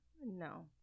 no